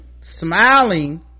smiling